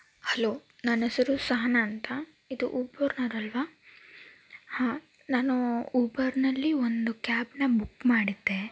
hello ನನ್ನೆಸರು ಸಹನಾ ಅಂತ ಇದು ಊಬರ್ನವರು ಅಲ್ವಾ ಹಾ ನಾನು ಊಬರ್ನಲ್ಲಿ ಒದು ಕ್ಯಾಬ್ನ ಬುಕ್ ಮಾಡಿದ್ದೆ